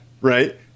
Right